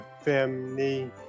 family